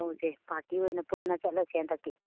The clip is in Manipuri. ꯑꯧ ꯏꯆꯦ ꯄꯥꯔꯇꯤ ꯑꯣꯏꯅ ꯄꯨꯟꯅ ꯆꯠꯂꯁꯦ ꯍꯟꯇꯛꯇꯤ